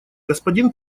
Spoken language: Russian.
господин